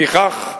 לפיכך,